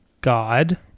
God